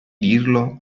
dirlo